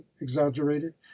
exaggerated